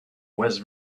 west